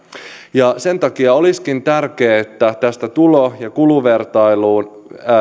sen takia olisikin tärkeää että tästä tulo ja kuluvertailusta